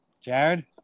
Jared